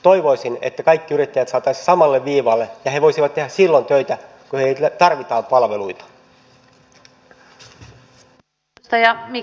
toivoisin että kaikki yrittäjät saataisiin samalla viivalle ja he voisivat tehdä silloin töitä kun heiltä tarvitaan palveluita